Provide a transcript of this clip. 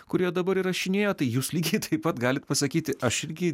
kurioje dabar įrašinėjo tai jūs lygiai taip pat galit pasakyti aš irgi